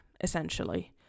essentially